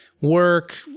work